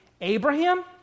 Abraham